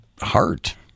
heart